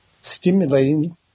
stimulating